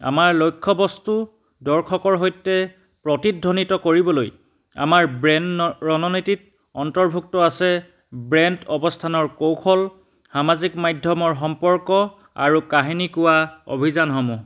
আমাৰ লক্ষ্যবস্তু দৰ্শকৰ সৈতে প্ৰতিধ্বনিত কৰিবলৈ আমাৰ ব্ৰেণ্ড ৰণনীতিত অন্তৰ্ভুক্ত আছে ব্ৰেণ্ড অৱস্থানৰ কৌশল সামাজিক মাধ্যমৰ সম্পৰ্ক আৰু কাহিনী কোৱা অভিযানসমূহ